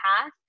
path